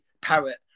parrot